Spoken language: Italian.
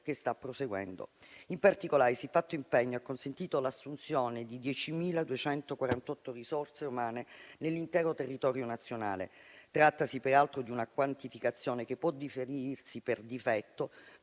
che sta proseguendo. In particolare, siffatto impegno ha consentito l'assunzione di 10.248 risorse umane nell'intero territorio nazionale. Trattasi, peraltro, di una quantificazione che può differire per difetto,